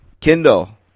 Kindle